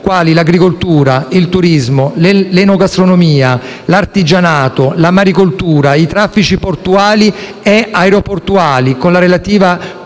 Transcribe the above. quali l'agricoltura, il turismo, l'enogastronomia, l'artigianato, la maricoltura, i traffici portuali e aeroportuali con la relativa